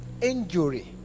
injury